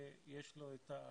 שיש לו את,